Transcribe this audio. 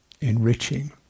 enriching